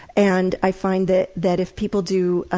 and i find that that if people do ah